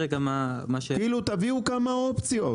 תביאו כמה אופציות.